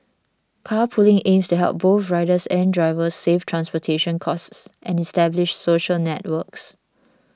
carpooling aims to help both riders and drivers save transportation costs and establish social networks